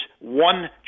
one